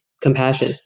compassion